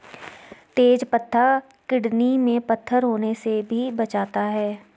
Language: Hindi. तेज पत्ता किडनी में पत्थर होने से भी बचाता है